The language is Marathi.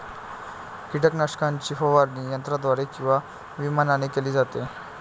कीटकनाशकाची फवारणी यंत्राद्वारे किंवा विमानाने केली जाते